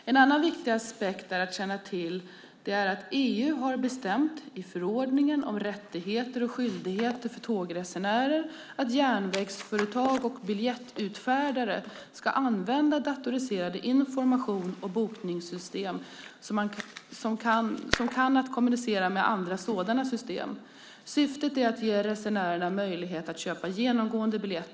En annan viktig aspekt att känna till är att EU har bestämt, i förordningen om rättigheter och skyldigheter för tågresenärer, att järnvägsföretag och biljettutfärdare ska använda datoriserade informations och bokningssystem som kan kommunicera med andra sådana system. Syftet är att ge resenärerna möjlighet att köpa genomgående biljetter.